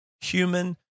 human